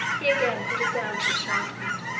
he again put it down to enchantment,